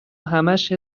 همهاش